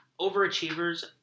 overachievers